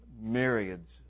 myriads